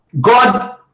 God